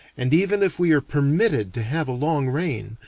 and even if we are permitted to have a long reign,